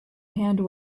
hand